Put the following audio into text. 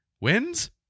Wins